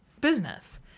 business